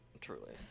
truly